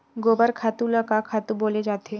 गोबर खातु ल का खातु बोले जाथे?